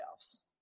playoffs